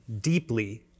deeply